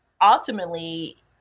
ultimately